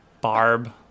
barb